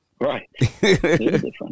Right